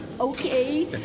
okay